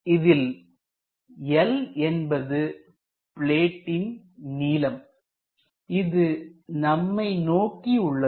இதில் L என்பது பிளேட்டின் நீளம் இது நம்மை நோக்கி உள்ளது